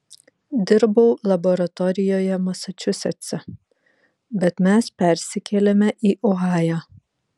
dirbau laboratorijoje masačusetse bet mes persikėlėme į ohają